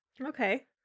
Okay